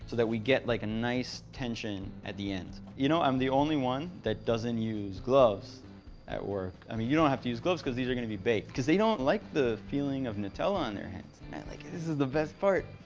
that we get like a nice tension at the end. you know, i'm the only one that doesn't use gloves at work i mean, you don't have to use gloves cause these are gonna be baked because they don't like the feeling of nutella on their hands. i like it. this is the best part.